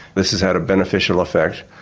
this has had a beneficial effect,